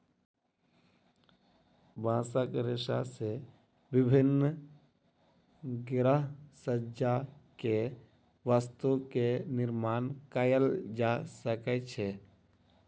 बांसक रेशा से विभिन्न गृहसज्जा के वस्तु के निर्माण कएल जा सकै छै